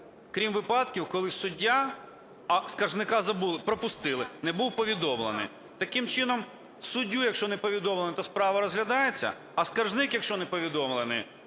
крім випадків, коли суддя… - а "скаржника" забули, пропустили, - не був повідомлений". Таким чином, суддю якщо не повідомлено, то справа розглядається. А скаржник якщо не повідомлений,